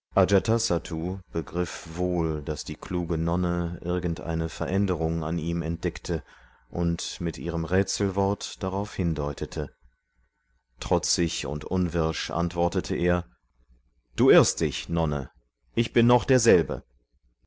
begriff wohl daß diese kluge nonne irgendeine veränderung an ihm entdeckte und mit ihrem rätselwort darauf hindeutete trotzig und unwirsch antwortete er du irrst dich nonne ich bin noch derselbe